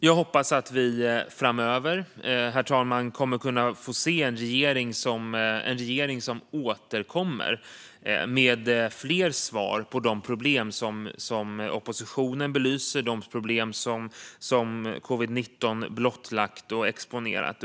Jag hoppas att vi framöver kommer att få se en regering som återkommer med fler svar på de problem som oppositionen belyser och på de problem som covid-19 blottlagt och exponerat.